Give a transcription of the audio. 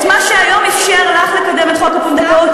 את מה שהיום אפשר לך לקדם את חוק הפונדקאות,